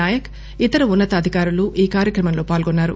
నాయక్ ఇతర ఉన్సతాధికారులు ఈ కార్యక్రమంలో పాల్గొన్నారు